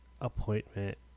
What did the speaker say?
appointment